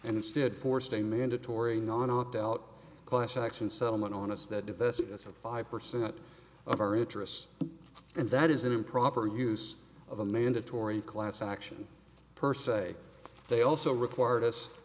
instead forced a mandatory non opt out class action settlement on us that divest that of five percent of our interest and that is an improper use of a mandatory class action per se they also required us